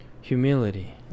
Humility